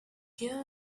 your